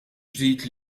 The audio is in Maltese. ġdid